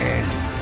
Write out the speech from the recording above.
end